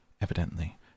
evidently